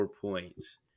points